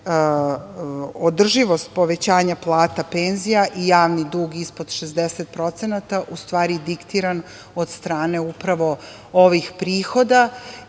da je održivost povećanja plata, penzija i javni dug ispod 60%, u stvari diktiran od strane ovih prihoda